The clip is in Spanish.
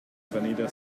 avenida